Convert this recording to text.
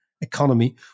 economy